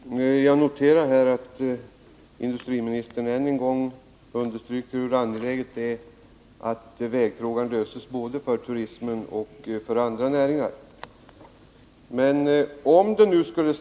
Herr talman! Jag noterar här att industriministern än en gång understryker hur angeläget det är både för turismen och för andra näringar att vägfrågan löses.